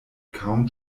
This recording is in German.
kaum